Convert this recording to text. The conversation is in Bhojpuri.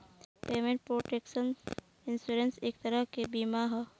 पेमेंट प्रोटेक्शन इंश्योरेंस एक तरह के बीमा ह